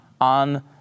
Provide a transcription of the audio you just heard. on